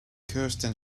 kirsten